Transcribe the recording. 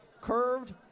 Curved